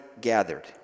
gathered